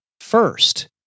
first